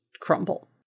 crumble